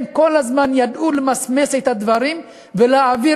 הם כל הזמן ידעו למסמס את הדברים ולהעביר